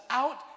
out